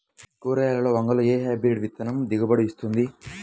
కూరగాయలలో వంగలో ఏ హైబ్రిడ్ విత్తనం ఎక్కువ దిగుబడిని ఇస్తుంది?